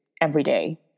everyday